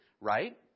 right